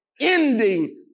ending